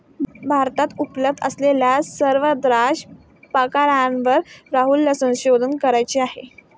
भारतात उपलब्ध असलेल्या सर्व द्राक्ष प्रकारांवर राहुलला संशोधन करायचे आहे